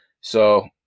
So-